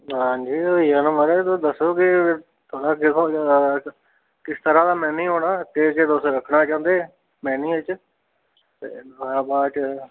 हां जी होई जाना महाराज तुस दस्सो के तुसें केह् सोचे दा किस तरह दा मेन्यू होना केह् केह् तुस रक्खना चांह्दे मेन्यू च